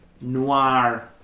noir